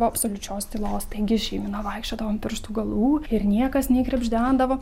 po absoliučios tylos taigi šeimyna vaikščiodavo ant pirštų galų ir niekas nei krebždendavo